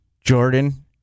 Jordan